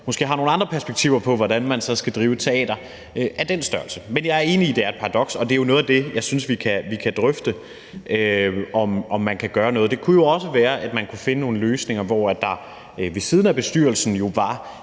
måske har nogle andre perspektiver på, hvordan man skal drive et teater af den størrelse. Men jeg er enig i, at det er et paradoks, og det er jo noget af det, jeg synes vi kan drøfte, altså om man kan gøre noget dér. Det kunne jo også være, at man kunne finde nogle løsninger, hvor der ved siden af bestyrelsen i